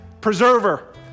preserver